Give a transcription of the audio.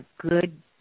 good